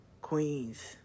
Queens